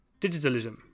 digitalism